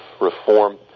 reform